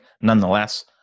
nonetheless